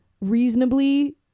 reasonably